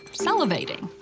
salivating.